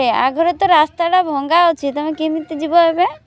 ଆଗରେ ତ ରାସ୍ତାଟା ଭଙ୍ଗା ଅଛି ତୁମେ କେମିତି ଯିବ ଏବେ